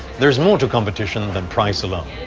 there's more to competition than price alone.